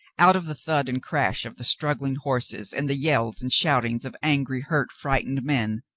out of the thud and crash of the struggling horses and the yells and shoutings of angry, hurt, fright ened men.